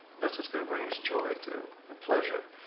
that's what's gonna bring us joy too, and pleasure.